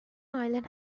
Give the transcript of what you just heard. island